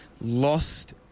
lost